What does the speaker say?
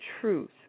truth